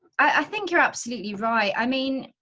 i think you're absolutely right. i mean,